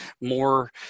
more